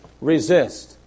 resist